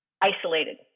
isolated